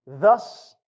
Thus